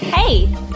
Hey